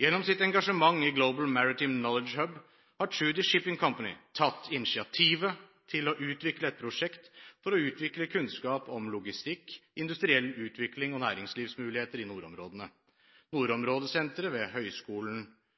«Gjennom sitt engasjement i «Global Maritime Knowledge Hub» har Tschudi Shipping Company tatt initiativet til å utvikle et prosjekt for å utvikle kunnskap om logistikk, industriell utvikling og næringslivsmuligheter i nordområdene. Nordområdesenteret ved